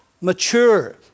mature